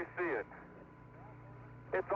i see it it's